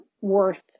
worth